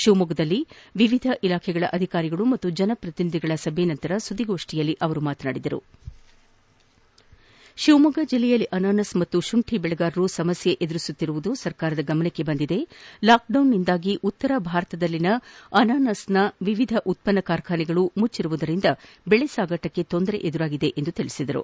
ಶಿವಮೊಗ್ಗದಲ್ಲಿ ವಿವಿಧ ಇಲಾಖಾ ಅಧಿಕಾರಿಗಳು ಪಾಗೂ ಜನಪ್ರತಿನಿಧಿಗಳ ಸಭೆ ನಂತರ ಸುದ್ದಿಗೋಷ್ಠಿಯಲ್ಲಿ ಮಾತನಾಡಿದ ಅವರು ಜಿಲ್ಲೆಯಲ್ಲಿ ಅನಾನಸ್ ಹಾಗೂ ಶುಂಠಿ ಬೆಳೆಗಾರರು ಸಮಸ್ತೆ ಎದುರಿಸುತ್ತಿರುವುದು ಸರ್ಕಾರದ ಗಮನಕ್ಕೆ ಬಂದಿದೆ ಲಾಕ್ಡೌನ್ನಿಂದಾಗಿ ಉತ್ತರ ಭಾರತದಲ್ಲಿನ ಅನಾನಸ್ನ ವಿವಿಧ ಉತ್ಪನ್ನ ಕಾರ್ಖಾನೆಗಳು ಮುಚ್ಚಿರುವುದರಿಂದ ಬೆಳೆ ಸಾಗಾಟಕ್ಕೆ ತೊಂದರೆ ಎದುರಾಗಿದೆ ಎಂದು ಹೇಳಿದರು